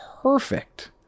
perfect